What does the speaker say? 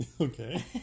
Okay